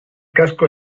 casco